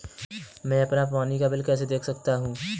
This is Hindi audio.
मैं अपना पानी का बिल कैसे देख सकता हूँ?